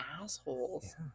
assholes